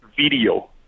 video